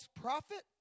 prophet